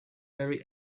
very